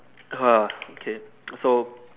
okay so